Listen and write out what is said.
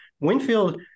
Winfield